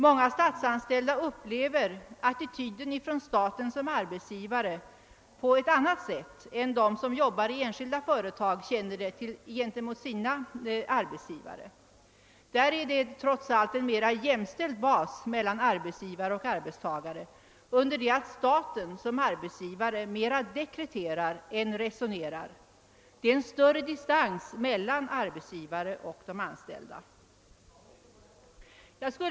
Många statsanställda upplever den attityd staten därvidlag intar annorlunda än de som arbetar i enskilda företag upplever motsvarande attityd hos sina arbetsgivare. I det senare fallet står trots allt arbetsgivare och arbetstagare på en mera jämställd bas. Staten som arbetsgivare mera dekreterar än resonerar. Det är en större distans mellan arbetsgivare och anställda inom det statliga området.